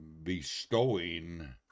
bestowing